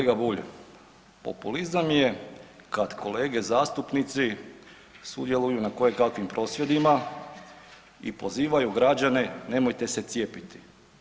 Kolega Bulj, populizam je kad kolege zastupnici sudjeluju na kojekakvim prosvjedima i pozivaju građane nemojte se cijepiti.